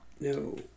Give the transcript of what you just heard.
No